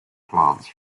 plants